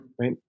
right